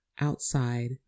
outside